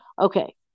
Okay